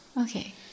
Okay